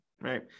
right